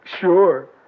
Sure